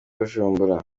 bujumbura